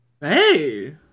Hey